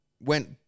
went